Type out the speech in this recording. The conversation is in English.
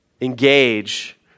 engage